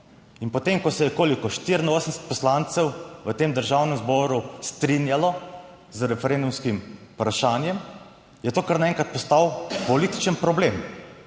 in potem, ko se je, koliko, 84 poslancev v tem državnem zboru strinjalo z referendumskim vprašanjem, je to kar naenkrat postal političen problem.